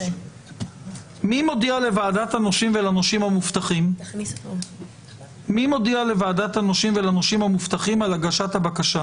מי מודיע לוועדת הנושים ולנושים המובטחים על הגשת הבקשה?